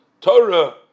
Torah